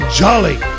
jolly